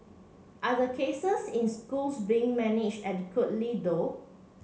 are the cases in schools being managed adequately though